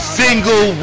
single